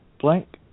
blank